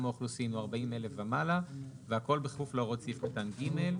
האוכלוסין הוא 40,000 ומעלה והכל בכפוף להוראות סעיף קטן (ג);